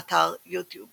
באתר יוטיוב